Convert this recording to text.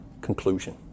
conclusion